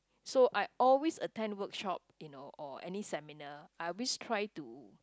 so I always attend workshop you know or any seminar I always try to